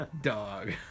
Dog